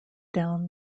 down